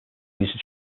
used